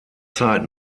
zeit